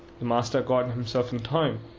the master caught himself in time,